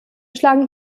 schlagen